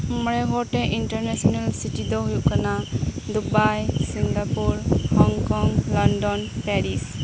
ᱢᱚᱬᱮ ᱜᱚᱴᱮᱱ international city ᱫᱚ ᱦᱩᱭᱩᱜ ᱠᱟᱱᱟ Dubai Singapore Hong Kong London Paris